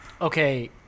okay